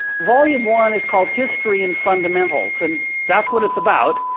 volume one is called history and fundamentals, and that's what it's about.